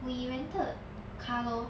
we rented car lor